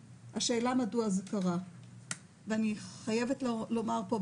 אני רוצה לראות שמחר זה עולה לקריאה ראשונה,